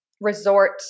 resort